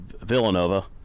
Villanova